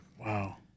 Wow